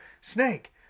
Snake